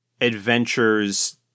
adventures